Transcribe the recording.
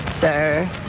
Sir